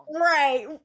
Right